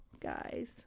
guys